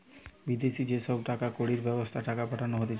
বিদেশি যে সব টাকা কড়ির ব্যবস্থা টাকা পাঠানো হতিছে